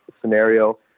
scenario